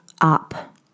up